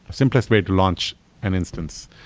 simplest way to launch an instance,